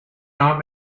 not